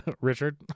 richard